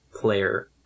player